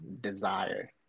desire